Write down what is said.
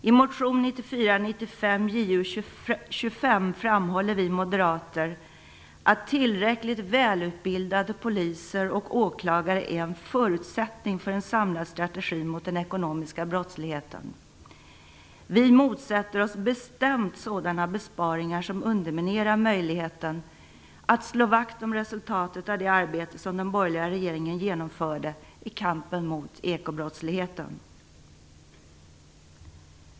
I motion 1994/95:Ju25 framhåller vi moderater att tillräckligt välutbildade poliser och åklagare är en förutsättning för en samlad strategi mot den ekonomiska brottsligheten. Vi motsätter oss bestämt sådana besparingar som underminerar möjligheten att slå vakt om resultatet av det arbete som den borgerliga regeringen genomförde i kampen mot ekobrottsligheten.